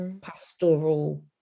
pastoral